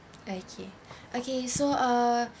okay okay so uh